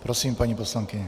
Prosím, paní poslankyně.